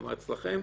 אם,